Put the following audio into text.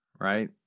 Right